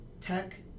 Tech